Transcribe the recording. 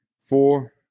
four